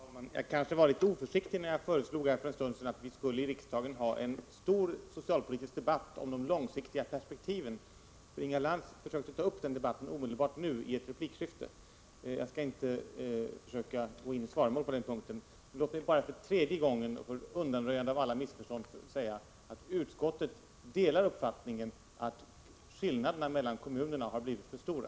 Herr talman! Jag kanske var litet oförsiktig när jag för en stund sedan föreslog att vi i riksdagen skulle ha en stor socialpolitisk debatt om de långsiktiga perspektiven. Inga Lantz försökte ta upp den debatten omedelbart i ett replikskifte. Jag skall inte försöka gå i svaromål på den punkten. Låt mig bara för tredje gången, för undanröjande av alla missförstånd, säga att utskottet delar uppfattningen att skillnaderna mellan kommunerna har blivit för stora.